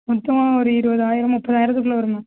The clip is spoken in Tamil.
மொத்தமாக ஒரு இருபதாயிரம் முப்பதாயிரத்துக்குள்ளே வரும் மேம்